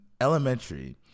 elementary